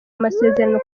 amasezerano